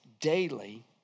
daily